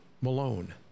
malone